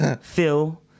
Phil